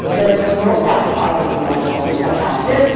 let's promote that positive emotional attractor,